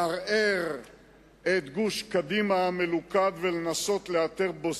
לערער את גוש קדימה המלוכד ולנסות לאתר בו